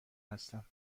هستم